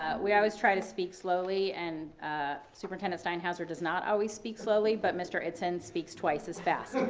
ah we always try to speak slowly and superintendent steinhauser does not always speak slowly, but mr. idsen speaks twice as fast.